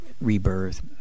rebirth